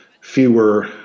fewer